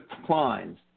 declines